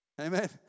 Amen